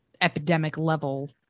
epidemic-level